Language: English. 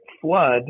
Flood